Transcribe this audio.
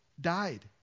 died